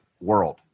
world